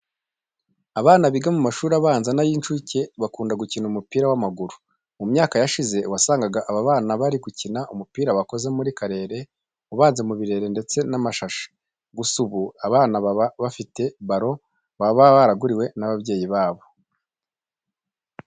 Abana biga mu mashuri abanza n'ay'inshuke bakunda gukina umupira w'amaguru. Mu myaka yashize wasangaga aba bana bari gukina umupira bakoze muri karere ubanze mu birere ndetse n'amashashi. Gusa ubu, aba bana baba bafite balo baba baraguriwe n'ababyeyi babo.